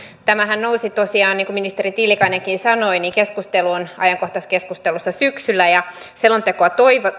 tämähän nousi tosiaan niin kuin ministeri tiilikainenkin sanoi keskusteluun ajankohtaiskeskustelussa syksyllä ja selontekoa